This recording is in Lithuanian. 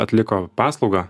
atliko paslaugą